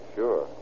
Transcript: sure